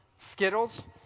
Skittles